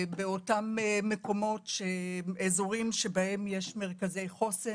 באותם אזורים בהם יש מרכזי חוסן,